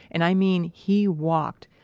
and i mean he walked,